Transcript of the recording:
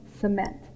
cement